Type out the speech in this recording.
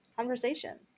conversation